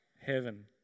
heaven